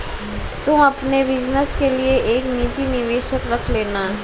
तुम अपने बिज़नस के लिए एक निजी निवेशक रख लेना